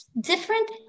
different